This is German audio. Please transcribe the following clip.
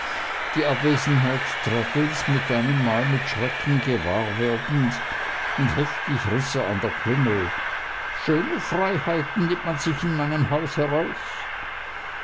die abwesenheit traddles mit einem mal mit schrecken gewahr werdend und heftig riß er an der klingel schöne freiheiten nimmt man sich in meinem haus heraus